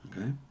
Okay